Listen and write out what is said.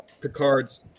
picard's